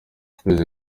ukwezi